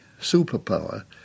superpower